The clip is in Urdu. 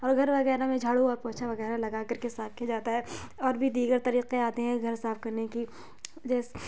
اور گھر وغیرہ میں جھاڑو اور پوچھا وغیرہ لگا کر کے صاف کیا جاتا ہے اور بھی دیگر طریقے آتے ہیں گھر صاف کرنے کی جیسے